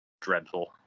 dreadful